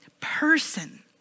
person